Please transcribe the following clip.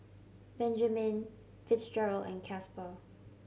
Benjamen Fitzgerald and Casper